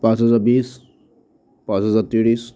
পাঁচ হাজাৰ বিশ পাঁচ হাজাৰ ত্ৰিছ